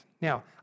Now